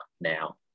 now